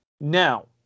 Now